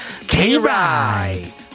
K-Ride